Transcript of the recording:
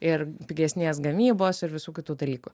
ir pigesnės gamybos ir visų kitų dalykų